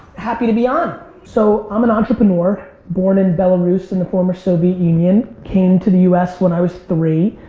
happy to be on. so, i'm an entrepreneur. born in belarus in the former soviet union. came to the u s. when i was three.